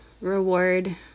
reward